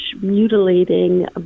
mutilating